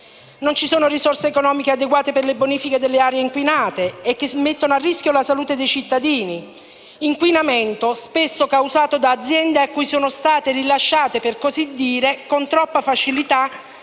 Non ci sono risorse economiche adeguate per le bonifiche delle aree inquinate che mettono a rischio la salute dei cittadini; peraltro, tale inquinamento è spesso causato da aziende a cui sono state - per così dire - rilasciate con troppa facilità